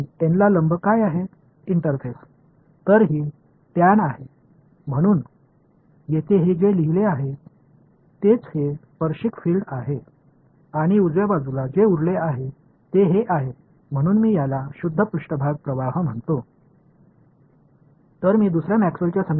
எனவே இரண்டாவது மேக்ஸ்வெல்லின் Maxwell's சமன்பாட்டிற்கான அதே பயிற்சியை என்னால் மீண்டும் செய்ய முடியும் மீண்டும் அங்கே என்னிடம் என்ன இருக்கிறது